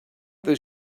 this